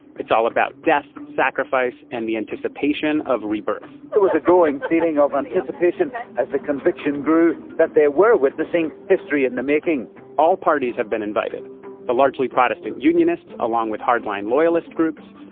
it's all about death, sacrifice and the anticipation of rebirth there was a growing feeling of anticipation as the conviction grew that they were witnessing history in the making all parties have been invited the largely protestant unionists, along with hardline loyalist groups,